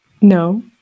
No